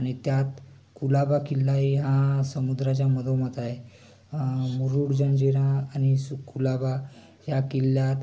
आणि त्यात कुलाबा किल्ला ही हा समुद्राच्या मधोमध आहे मुरुड जंजिरा आणि सुक् कुलाबा ह्या किल्ल्यात